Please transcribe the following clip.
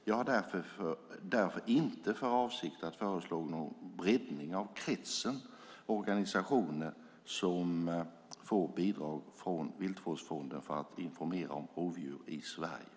Jag har därför inte för avsikt att föreslå någon breddning av kretsen organisationer som får bidrag från Viltvårdsfonden för att informera om rovdjur i Sverige.